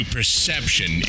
Perception